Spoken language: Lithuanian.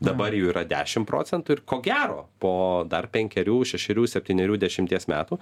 dabar jų yra dešim procentų ir ko gero po dar penkerių šešerių septynerių dešimties metų